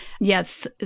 Yes